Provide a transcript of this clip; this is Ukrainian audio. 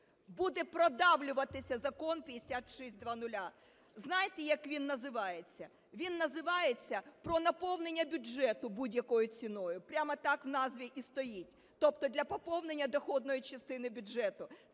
буде продавлюватися Закон 5600. Знаєте, як він називається? Він називається: про наповнення бюджету будь-якою ціною, прямо так в назві і стоїть, тобто для поповнення доходної частини бюджету.